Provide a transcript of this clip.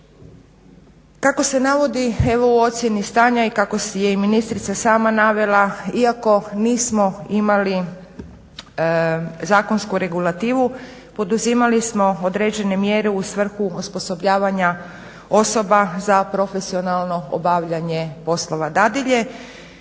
Kako se navodi evo u ocjeni stanja i kako je i ministrica sama navela iako nismo imali zakonsku regulativu poduzimali smo određene mjere u svrhu osposobljavanja osoba za profesionalno obavljanje poslova dadilje.